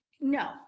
no